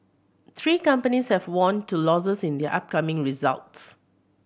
three companies have warned to losses in the upcoming results